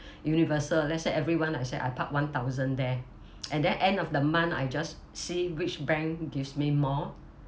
universal let's say everyone I said I park one thousand there and then end of the month I just see which bank gives me more